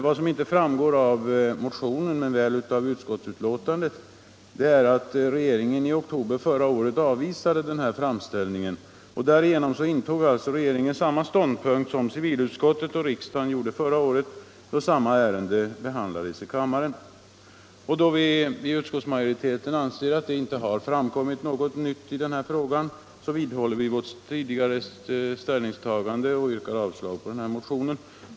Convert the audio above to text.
Vad som inte framgår av motionen men väl av utskottsbetänkandet är att regeringen i oktober förra året avvisade framställningen. Därigenom intog alltså regeringen samma ståndpunkt som civilutskottet och kammaren gjorde när ärendet förra gången behandlades i riksdagen. Då vi inom utskottsmajoriteten anser att det inte har framkommit något nytt i den här frågan, vidhåller vi vårt tidigare ställningstagande och yrkar avslag på motionen.